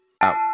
out